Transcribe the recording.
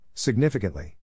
Significantly